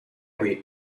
qui